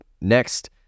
next